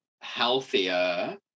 healthier